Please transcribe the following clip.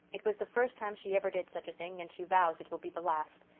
it was the first time she ever did such a thing and she vows it will be the last.